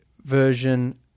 version